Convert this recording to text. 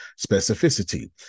Specificity